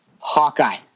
hawkeye